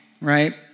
right